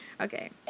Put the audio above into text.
Okay